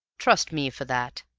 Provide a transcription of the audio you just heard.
trust me for that,